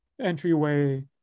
entryway